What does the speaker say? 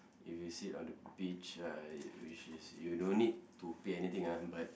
if you sit on the beach right which is you don't need to pay anything ah but